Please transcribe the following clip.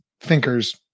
thinkers